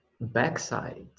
backside